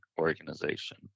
organization